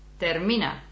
Termina